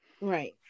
Right